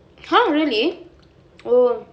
!huh! really oh